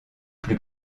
plus